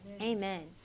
Amen